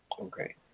Okay